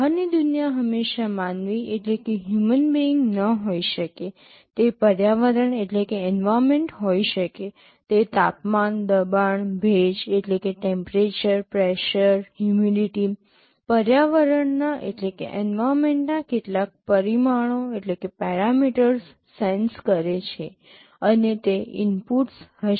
બહારની દુનિયા હંમેશાં માનવી ન હોઈ શકે તે પર્યાવરણ હોઈ શકે તે તાપમાન દબાણ ભેજ temperature pressure humidity પર્યાવરણના કેટલાક પરિમાણો સેન્સ કરે છે અને તે ઇનપુટ્સ હશે